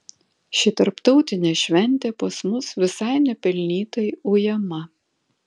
ši tarptautinė šventė pas mus visai nepelnytai ujama